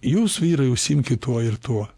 jūs vyrai užsiimkit tuo ir tuo